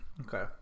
Okay